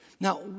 Now